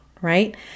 right